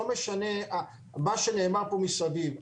לא משנה מה נאמר מסביב.